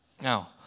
Now